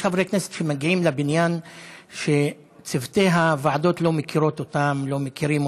יש חברי כנסת שמגיעים לבניין וצוותי הוועדות לא מכירים אותם.